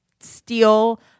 steal